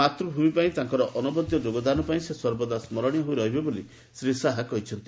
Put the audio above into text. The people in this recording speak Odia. ମାତୃଭୂମି ପାଇଁ ତାଙ୍କର ଅନବଦ୍ୟ ଯୋଗଦାନ ପାଇଁ ସେ ସର୍ବଦା ସ୍କରଣୀୟ ହୋଇ ରହିବେ ବୋଲି ଶ୍ରୀ ଶାହା କହିଚ୍ଛନ୍ତି